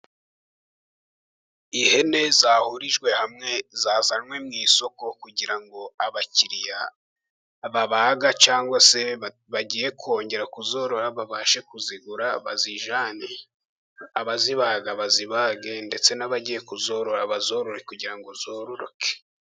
Ihene zahurijwe hamwe zazanywe mu isoko kugira ngo abakiriya babaga cyangwa se bagiye kongera kuzoroha babashe kuzigura bazijane, abazibaga bazibage ndetse n'abagiye kuzorora bazorore kugira ngo zororoke.